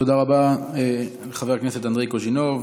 תודה רבה חבר הכנסת אנדרי קוז'ינוב.